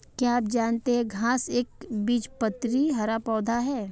क्या आप जानते है घांस एक एकबीजपत्री हरा पौधा है?